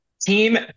Team